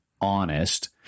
honest